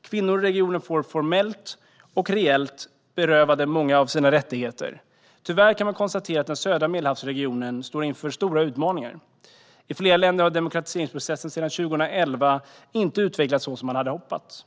Kvinnor i regionen är formellt och reellt berövade många av sina rättigheter. Den parlamentariska församlingen för Unionen för Medel-havet Tyvärr kan man konstatera att den södra Medelhavsregionen står inför stora utmaningar. I flera länder har demokratiseringsprocessen sedan 2011 inte utvecklats så som man hade hoppats.